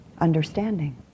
understanding